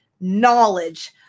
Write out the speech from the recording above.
knowledge